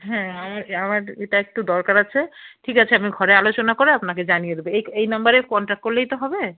হ্যাঁ আমার আমার এটা একটু দরকার আছে ঠিক আছে আমি ঘরে আলোচনা করে আপনাকে জানিয়ে দেবো এই এই নম্বরে কন্টাক্ট করলেই তো হবে